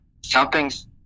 something's